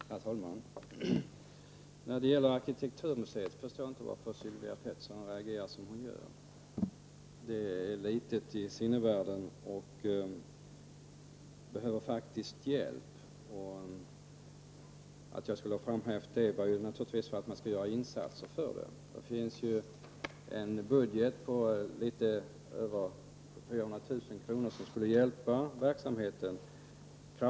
Herr talman! När det gäller Arkitekturmuseet förstår jag inte varför Sylvia Pettersson reagerar som hon gör. Detta museum är litet i sinnevärlden, och det behöver faktiskt hjälp. Att jag framhöll detta berodde naturligtvis på att jag anser att insatser skall göras. Det finns ju en budget på litet över 400 000 kr. som kraftfullt skulle hjälpa verksamheten.